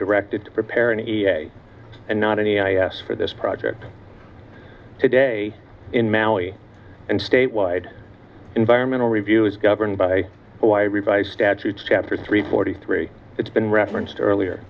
directed to prepare an e a and not any i a s for this project today in maui and state wide environmental review is governed by well i revised statutes chapter three forty three it's been referenced earlier